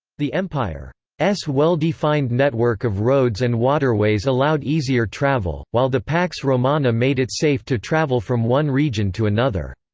the empire's well-defined network of roads and waterways allowed easier travel, while the pax romana made it safe to travel from one region to another.